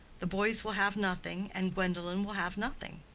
the boys will have nothing, and gwendolen will have nothing.